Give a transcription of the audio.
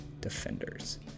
defenders